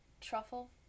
truffle